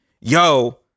yo